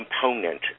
component